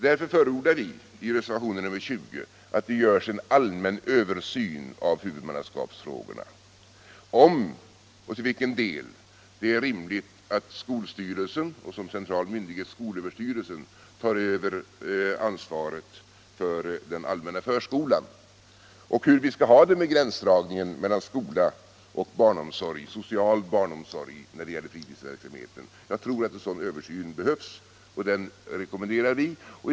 Därför förordar vi i reservationen 20 att en allmän översyn görs om huvudmannaskapsfrågorna, om och till vilken del det är rimligt att skolstyrelsen — och såsom central myndighet skolöverstyrelsen — tar över ansvaret för den allmänna förskolan samt hur vi skall ha det med gränsdragningen mellan skola och social barnomsorg när det gäller fritidsverksamheten. Jag tror att den översynen behövs. Vi rekommenderar en sådan.